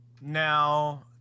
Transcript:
Now